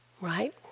right